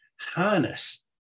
harness